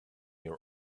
your